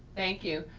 thank you.